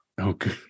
Okay